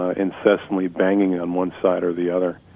ah in certainly banging on one side or the other